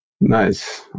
Nice